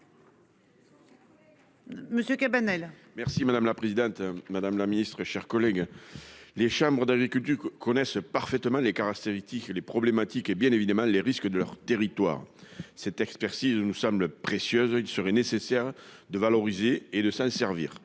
Monsieur Cabanel, merci madame la présidente, madame la Ministre, chers collègues. Les chambres d'agriculture connaissent parfaitement les caractéristiques, les problématiques et bien évidemment, les risques de leur territoire. Cette expertise. Nous sommes le précieuses il serait nécessaire de valoriser et de s'en servir